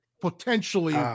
potentially